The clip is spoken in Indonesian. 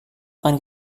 akan